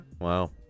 wow